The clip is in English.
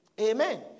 Amen